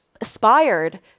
aspired